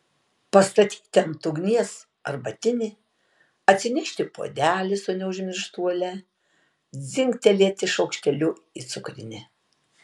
pastatyti ant ugnies arbatinį atsinešti puodelį su neužmirštuole dzingtelėti šaukšteliu į cukrinę